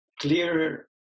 clearer